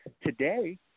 today